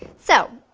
so,